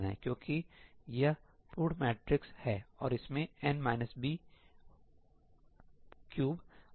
क्यों क्योंकि यह पूर्ण मैट्रिक्स है और इसमें n - b3 ऑपरेशन शामिल हैं